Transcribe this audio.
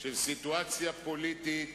של סיטואציה פוליטית,